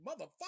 motherfucker